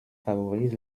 favorise